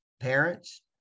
parents